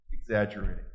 exaggerating